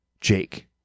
Jake